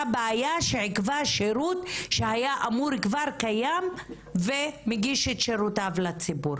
בעיה שעכבה שירות שהיה אמור להיות כבר קיים ולהגיש את שירותיו לציבור.